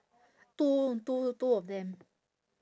two two two of them